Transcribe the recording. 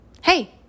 Hey